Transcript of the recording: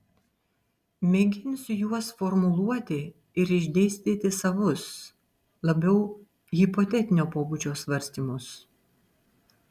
mėginsiu juos formuluoti ir išdėstyti savus labiau hipotetinio pobūdžio svarstymus